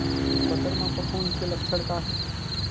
बटर म फफूंद के लक्षण का हे?